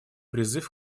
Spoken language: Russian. призыв